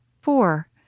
Four